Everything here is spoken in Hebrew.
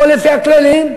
הכול לפי הכללים.